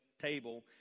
table